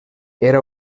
era